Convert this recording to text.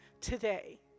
today